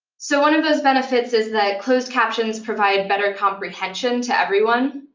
so one of those benefits is that closed captions provide better comprehension to everyone.